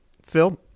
Phil